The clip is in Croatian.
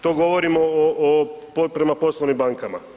To govorim prema poslovnim bankama.